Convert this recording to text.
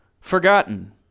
forgotten